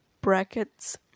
Brackets